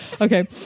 Okay